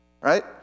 Right